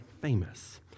famous